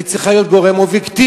היא צריכה להיות גורם אובייקטיבי,